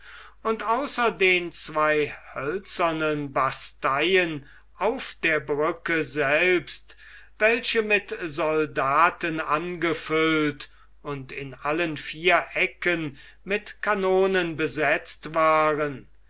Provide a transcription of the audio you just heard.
und außer den zwei hölzernen basteien auf der brücke selbst welche mit soldaten angefüllt und in allen vier ecken mit kanonen besetzt waren